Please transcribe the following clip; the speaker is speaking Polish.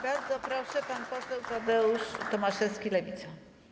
Bardzo proszę, pan poseł Tadeusz Tomaszewski, Lewica.